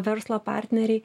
verslo partneriai